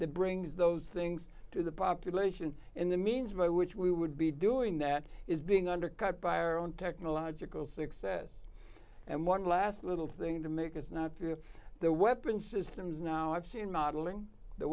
that brings those things to the population and the means by which we would be doing that is being undercut by our own technological success and one last little thing to make us not to have the weapons systems now i've seen modeling the